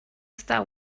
star